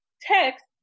text